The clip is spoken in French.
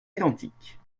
identiques